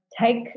Take